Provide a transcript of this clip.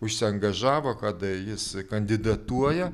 užsiangažavo kad jis kandidatuoja